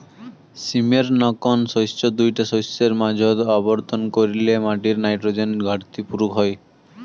সীমের নাকান শস্য দুইটা শস্যর মাঝোত আবর্তন কইরলে মাটির নাইট্রোজেন ঘাটতি পুরুক হই